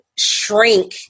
shrink